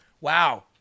Wow